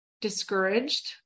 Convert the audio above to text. discouraged